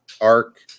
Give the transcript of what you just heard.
arc